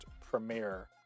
premiere